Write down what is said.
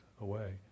away